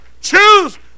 choose